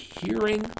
hearing